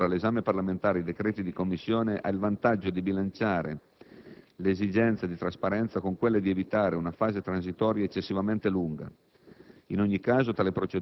La proposta di sottoporre all'esame parlamentare i decreti di commissariamento ha il vantaggio di bilanciare l'esigenza di trasparenza con quella di evitare una fase transitoria eccessivamente lunga.